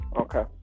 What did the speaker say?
okay